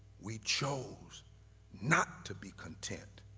we chose not to be content,